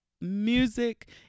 Music